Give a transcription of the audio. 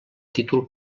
títol